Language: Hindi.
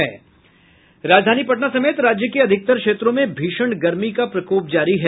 राजधानी पटना समेत राज्य के अधिकतर क्षेत्रों में भीषण गर्मी का प्रकोप जारी है